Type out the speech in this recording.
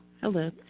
Hello